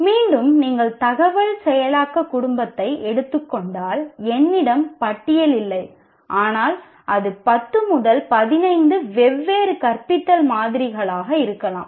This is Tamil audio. மீண்டும் நீங்கள் தகவல் செயலாக்க குடும்பத்தை எடுத்துக் கொண்டால் என்னிடம் பட்டியல் இல்லை ஆனால் அது 10 15 வெவ்வேறு கற்பித்தல் மாதிரிகளாக இருக்கலாம்